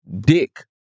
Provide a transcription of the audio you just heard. dick